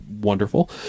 wonderful